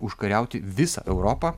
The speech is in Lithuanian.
užkariauti visą europą